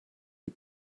you